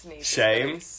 shame